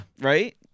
Right